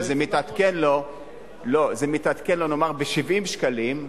וזה מתעדכן לו נאמר ב-70 שקלים,